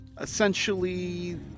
essentially